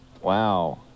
Wow